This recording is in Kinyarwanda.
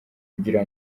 kugira